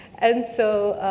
and so,